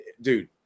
dude